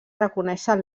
reconèixer